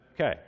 okay